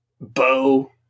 bow